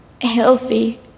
healthy